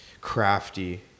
crafty